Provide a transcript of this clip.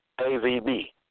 AVB